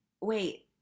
wait